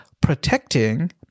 protecting